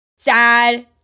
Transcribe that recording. Sad